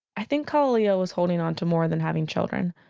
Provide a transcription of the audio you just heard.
i think kalalea was holding onto more than having children.